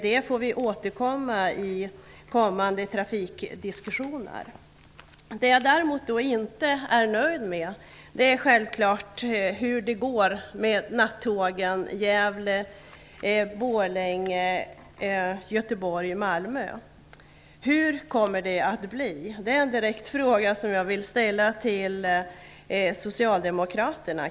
Det får vi återkomma till i kommande trafikdiskussioner. Det jag däremot inte är nöjd med är vad utskottet säger om nattågen på sträckan Gävle-Borlänge Göteborg/Malmö. Hur kommer det att bli? Det är en direkt fråga, som jag vill ställa till Socialdemokraterna.